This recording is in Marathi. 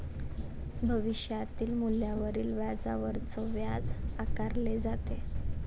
भविष्यातील मूल्यावरील व्याजावरच व्याज आकारले जाते